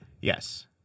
Yes